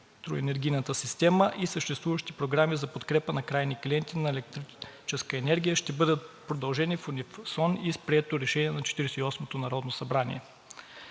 електроенергийната система и съществуващи програми за подкрепа на крайни клиенти на електрическа енергия ще бъдат продължени в унисон и с прието решение на Четиридесет